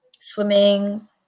swimming